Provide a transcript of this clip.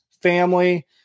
family